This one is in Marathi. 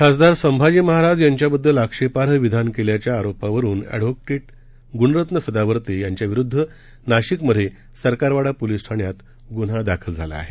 खासदार संभाजी महाराज यांच्याबद्दल आक्षेपार्ह विधान केल्याच्या आरोपावरुन अष्ठव्होकेट ग्णरत्न सदावर्ते यांच्याविरुद्ध नाशिकमध्ये सरकारवाडा पोलीस ठाण्यात ग्न्हा दाखल झाला आहे